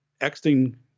exiting